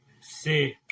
sick